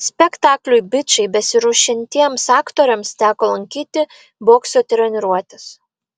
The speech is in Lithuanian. spektakliui bičai besiruošiantiems aktoriams teko lankyti bokso treniruotes